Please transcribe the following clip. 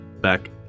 Back